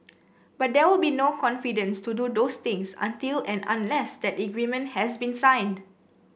but there will be no confidence to do those things until and unless that agreement has been signed